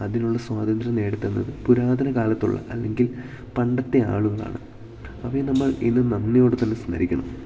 അതിനുള്ള സ്വാതന്ത്ര്യം നേടിത്തന്നത് പുരാതനകാലത്തുള്ള അല്ലെങ്കിൽ പണ്ടത്തെ ആളുകളാണ് അവയെ നമ്മൾ ഇന്നും നന്ദിയോട് തന്നെ സ്മരിക്കണം